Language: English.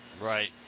Right